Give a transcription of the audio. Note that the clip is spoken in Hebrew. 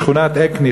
בשכונת האקני,